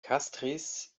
castries